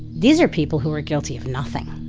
these are people who are guilty of nothing.